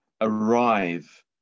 arrive